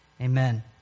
amen